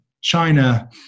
China